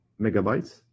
megabytes